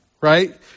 right